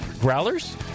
Growlers